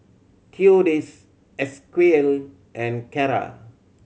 Theodis Esequiel and Carra